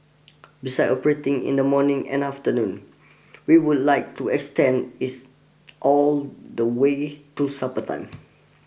besides operating in the morning and afternoon we would like to extend its all the way to supper time